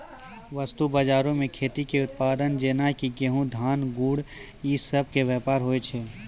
वस्तु बजारो मे खेती के उत्पाद जेना कि गहुँम, धान, गुड़ इ सभ के व्यापार होय छै